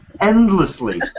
endlessly